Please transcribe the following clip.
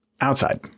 outside